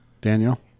Daniel